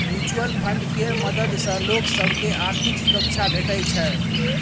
mutual fund केर मदद सँ लोक सब केँ आर्थिक सुरक्षा भेटै छै